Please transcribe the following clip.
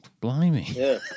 Blimey